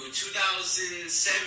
2007